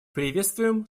приветствуем